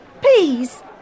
Please